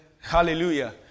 Hallelujah